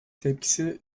tepkisi